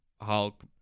Hulk